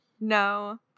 No